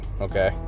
okay